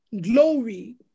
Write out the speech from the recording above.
glory